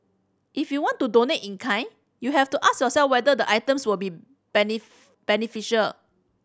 if you want to donate in kind you have to ask yourself whether the items will be beneficial